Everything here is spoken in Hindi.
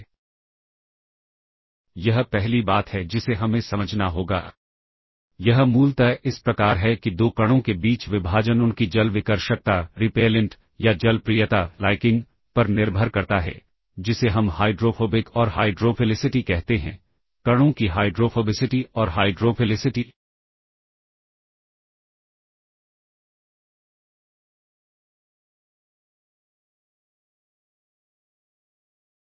तो यह पहले डिक्रिमेंट होगा और फिर कॉपी और फिर से डिक्रिमेंट और फिर कॉपी जबकि पीओपी के केस में पहले यह कॉपी होगा और उसके बाद इंक्रीमेंट इसलिए हम यह कह सकते हैं कि पुश ऑपरेशन के दौरान स्टैक डिक्रिमेंट होते हुए ऑपरेट होता है और तब स्टाइल को स्टोर करता है